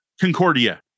Concordia